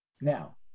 Now